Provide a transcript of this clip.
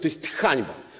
To jest hańba.